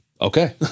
Okay